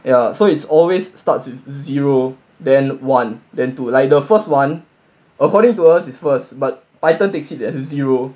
ya so it's always starts with zero then one then to like the first one according to us is first but python takes it as zero